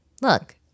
Look